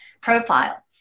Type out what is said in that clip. profile